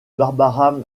barbara